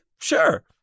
sure